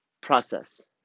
process